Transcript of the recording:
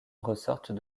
ressortent